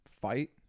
fight